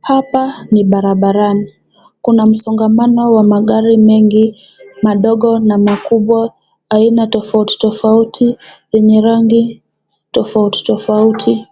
Hapa ni barabarani. Kuna msongamano wa magari mengi madogo na makubwa aina tofautitofauti enye rangi tofautitofauti.